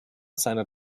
seiner